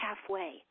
halfway